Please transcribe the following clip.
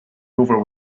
over